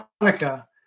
Monica